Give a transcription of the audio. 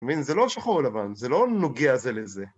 מבין? זה לא שחור לבן, זה לא נוגע זה לזה.